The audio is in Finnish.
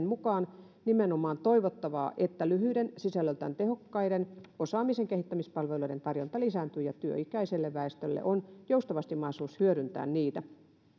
mukaan nimenomaan toivottavaa että lyhyiden sisällöltään tehokkaiden osaamisen kehittämispalveluiden tarjonta lisääntyy ja työikäisellä väestöllä on joustavasti mahdollisuus hyödyntää niitä